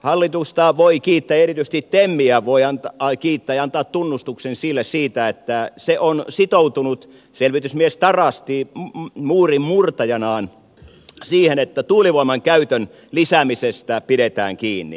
hallitusta voi kiittää ja erityisesti temiä voi kiittää ja antaa tunnustuksen sille siitä että se on sitoutunut selvitysmies tarasti muurinmurtajanaan siihen että tuulivoiman käytön lisäämisestä pidetään kiinni